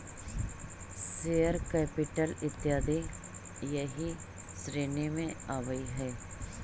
share capital इत्यादि एही श्रेणी में आवऽ हई